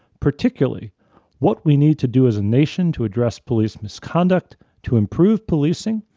particularly what we need to do as a nation to address police misconduct to improve policing,